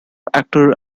actor